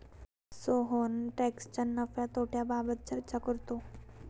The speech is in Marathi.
सोहन टॅक्सच्या नफ्या तोट्याबाबत चर्चा करतो